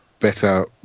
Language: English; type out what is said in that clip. better